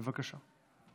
בבקשה.